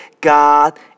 God